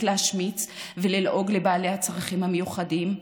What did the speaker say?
להשמיץ וללעוג לבעלי הצרכים המיוחדים?